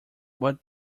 what